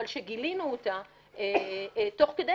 אבל כשגילינו אותה תוך כדי,